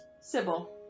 Sybil